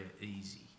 easy